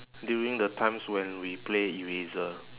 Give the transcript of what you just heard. during the times when we play eraser